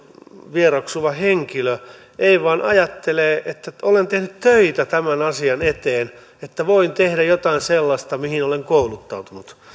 vieroksuva henkilö ei vaan ajattelee että olen tehnyt töitä tämän asian eteen että voin tehdä jotain sellaista mihin olen kouluttautunut